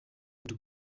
buri